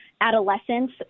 adolescence